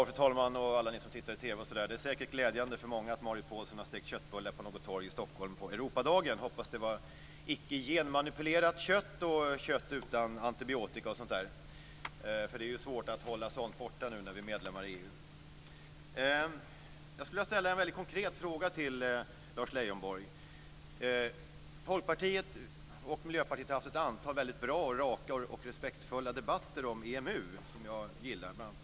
Fru talman! Alla ni som tittar på TV! Det är säkert glädjande för många att Marit Paulsen har stekt köttbullar på något torg i Stockholm på Europadagen. Hoppas att det var icke genmanipulerat kött och kött utan antibiotika. Det är ju svårt att hålla sådant borta nu när vi är medlemmar i EU. Jag skulle vilja ställa en väldigt konkret fråga till Lars Leijonborg. Folkpartiet och Miljöpartiet har haft ett antal väldigt bra raka och respektfulla debatter om EMU som jag gillar.